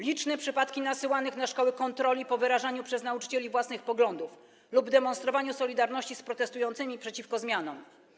Liczne przypadki nasyłanych na szkoły kontroli po wyrażaniu przez nauczycieli własnych poglądów lub demonstrowaniu solidarności z protestującymi przeciwko zmianom.